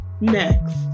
Next